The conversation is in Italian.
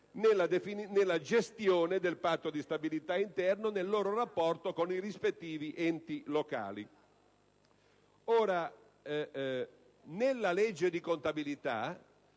nella gestione del Patto di stabilità interno nel loro rapporto con i rispettivi enti locali. Ora, a questo